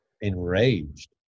enraged